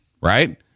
right